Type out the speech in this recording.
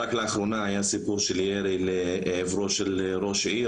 רק לאחרונה היה סיפור של ירי לעברו של ראש עיר,